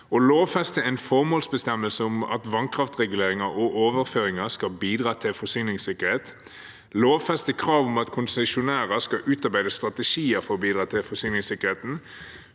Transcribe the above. å lovfeste en formålsbestemmelse om at vannkraftreguleringer og -overføringer skal bidra til forsyningssikkerhet, å lovfeste krav om at konsesjonærer skal utarbeide strategier for å bidra til forsyningssikkerheten,